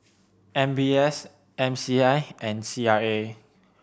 M B S M C I and C R A